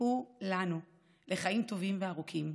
כולנו, לחיים טובים וארוכים,